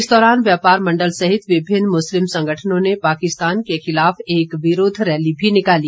इस दौरान व्यापार मंडल सहित विभिन्न मुस्लिम संगठनों ने पाकिस्तान के खिलाफ एक विरोध रैली भी निकाली